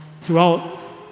throughout